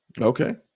okay